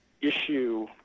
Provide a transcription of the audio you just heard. issue